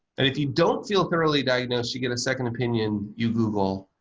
that if you don't feel thoroughly diagnosed, you get a second opinion, you google,